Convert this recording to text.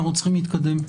אנחנו צריכים להתקדם.